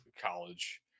college